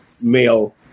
male